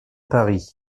paris